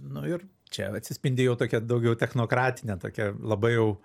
nu ir čia atsispindi jau tokia daugiau technokratinė tokia labai jau